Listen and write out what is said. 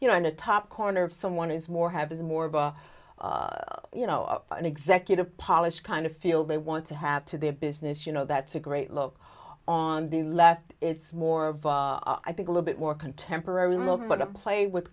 you know on the top corner of someone is more have is more of a you know an executive polished kind of feel they want to have to their business you know that's a great look on the left it's more of a i think a little bit more contemporary moment to play with